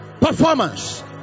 Performance